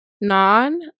Non